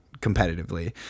competitively